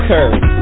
Curry